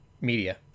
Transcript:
media